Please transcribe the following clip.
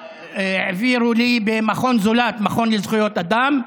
שהעבירו לי ממכון זולת, מכון לזכויות אדם,